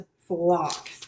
flock